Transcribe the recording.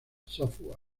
software